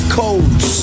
codes